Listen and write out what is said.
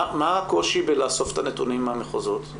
מה הקושי לאסוף את הנתונים מהמחוזות?